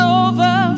over